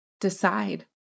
Decide